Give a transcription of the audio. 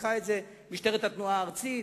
משטרת התנועה הארצית,